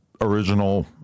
original